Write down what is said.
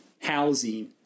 housing